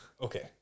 okay